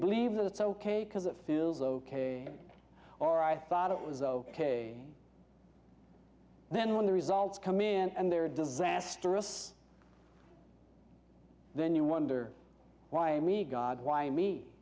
believe that it's ok because it feels ok or i thought it was ok then when the results come in and they're disastrous then you wonder why me god why me